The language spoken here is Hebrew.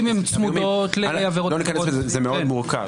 לא ניכנס לזה, זה מאוד מורכב.